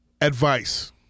Advice